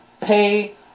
pay